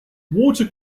water